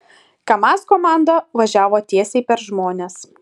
kamaz komanda važiavo tiesiai per žmones